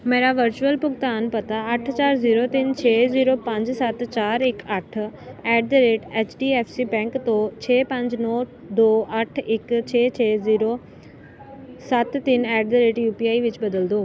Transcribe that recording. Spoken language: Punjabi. ਮੇਰਾ ਵਰਚੁਅਲ ਭੁਗਤਾਨ ਪਤਾ ਅੱਠ ਚਾਰ ਜ਼ੀਰੋ ਤਿੰਨ ਛੇ ਜ਼ੀਰੋ ਪੰਜ ਸੱਤ ਚਾਰ ਇੱਕ ਅੱਠ at the rate H D F C bank ਤੋਂ ਛੇ ਪੰਜ ਨੌਂ ਦੋ ਅੱਠ ਇੱਕ ਛੇ ਛੇ ਜ਼ੀਰੋ ਸੱਤ ਤਿੰਨ at the rate U P I ਵਿੱਚ ਬਦਲ ਦਿਓ